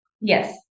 Yes